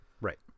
right